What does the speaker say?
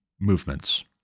movements